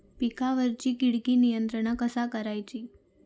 पिकावरची किडीक नियंत्रण कसा करायचा?